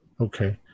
Okay